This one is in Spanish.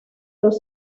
los